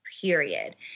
period